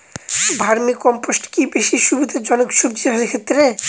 Vermi compost কি বেশী সুবিধা জনক সবজি চাষের ক্ষেত্রে?